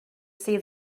see